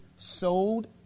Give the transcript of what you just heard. sold